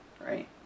right